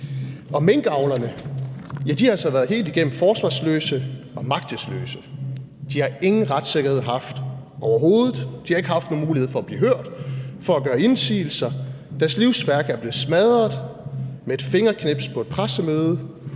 Og minkavlerne har så været helt igennem forsvarsløse og magtesløse. De har ingen retssikkerhed haft overhovedet, de har ikke haft nogen mulighed for at blive hørt, for at gøre indsigelser, deres livsværk er blevet smadret med et fingerknips på et pressemøde.